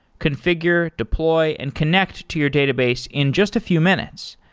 configure, deploy and connect to your database in just a few minutes.